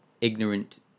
ignorant